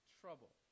trouble